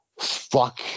fuck